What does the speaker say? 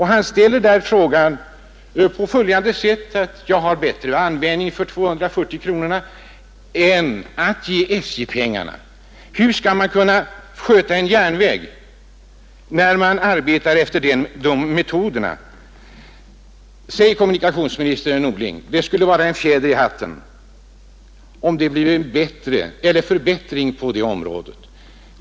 Han säger: Jag har bättre användning för de 240 kronorna än att ge dem till SJ. Hur skall man kunna sköta en järnväg om man arbetar efter dessa metoder? Det skulle vara en fjäder i hatten för kommunikationsminister Norling om det bleve en förbättring på det området.